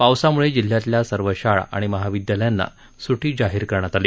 पावसाम्ळे जिल्ह्यातल्या सर्व शाळा आणि महाविद्यालयांना सुट्टी जाहीर करण्यात आली